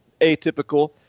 atypical